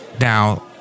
Now